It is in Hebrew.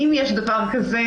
אם יש דבר כזה